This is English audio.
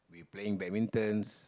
we playing badmintons